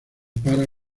para